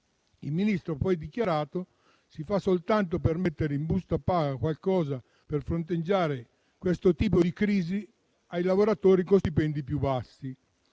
Il Ministro ha poi dichiarato che questo si fa soltanto per mettere in busta paga qualcosa, per fronteggiare questo tipo di crisi, ai lavoratori con stipendi più bassi.